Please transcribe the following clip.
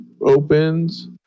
opens